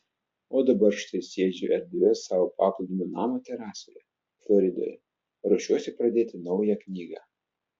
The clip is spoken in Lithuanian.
o dabar štai sėdžiu erdvioje savo paplūdimio namo terasoje floridoje ruošiuosi pradėti naują knygą